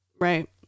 Right